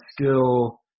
skill –